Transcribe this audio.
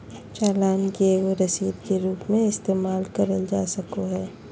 चालान के एगो रसीद के रूप मे इस्तेमाल करल जा सको हय